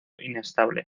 inestable